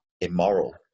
immoral